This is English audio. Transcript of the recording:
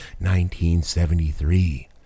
1973